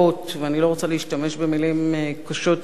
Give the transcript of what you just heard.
אני לא רוצה להשתמש במלים קשות יותר,